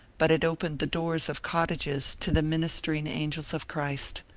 but it opened the doors of cottages to the ministering angels of christ.